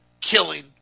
killing